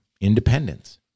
independence